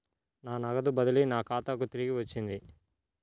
నా నగదు బదిలీ నా ఖాతాకు తిరిగి వచ్చింది